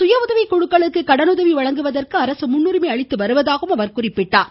சுய உதவிக்குழுக்களுக்கு கடன் உதவி வழங்குவதற்கு அரசு முன்னுரிமை அளித்து வருவதாக குறிப்பிட்டார்